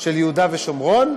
של יהודה ושומרון?